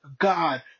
God